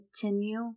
continue